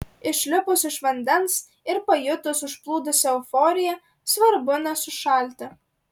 išlipus iš vandens ir pajutus užplūdusią euforiją svarbu nesušalti